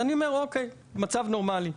אני אומר: אוקיי, המצב נורמלי.